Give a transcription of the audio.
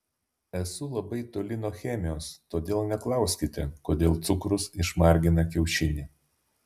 esu labai toli nuo chemijos todėl neklauskite kodėl cukrus išmargina kiaušinį